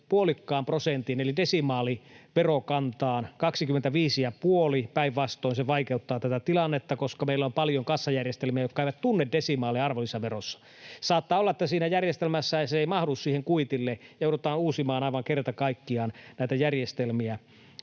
puolikkaan prosentin eli desimaaliverokantaan, kaksikymmentäviisi ja puoli, päinvastoin, se vaikeuttaa tätä tilannetta, koska meillä on paljon kassajärjestelmiä, jotka eivät tunne desimaaleja arvonlisäverossa. Saattaa olla, että siinä järjestelmässä se ei mahdu siihen kuitille, ja joudutaan uusimaan aivan kerta kaikkiaan näitä järjestelmiä.